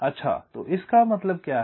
अच्छा तो इसका क्या मतलब है